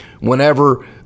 whenever